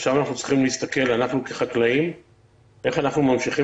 עכשיו אנחנו צריכים להסתכל כחקלאים איך אנחנו ממשיכים